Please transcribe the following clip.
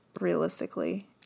realistically